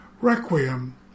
Requiem